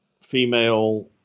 female